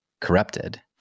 corrupted